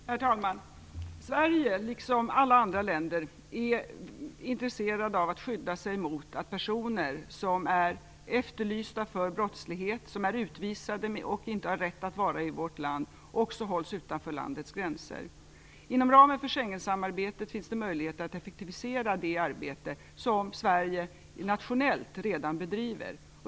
Herr talman! Sverige är liksom alla andra länder intresserat av att skydda sig mot personer som är efterlysta för brottslighet och av att personer som är utvisade och inte har rätt att vara i vårt land också hålls utanför landets gränser. Inom ramen för Schengensamarbetet finns det möjlighet att effektivisera det arbete som Sverige nationellt redan bedriver.